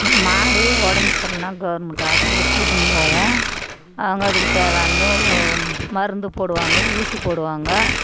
மாடு உடம்பு சரில்லனா கவுர்மெண்டு ஹாஸ்பிடல்க்கு கூட்டின்னு போவோம் அவங்க அதுக்கு தேவையானதும் மருந்து போடுவாங்க ஊசி போடுவாங்க